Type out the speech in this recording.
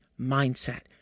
mindset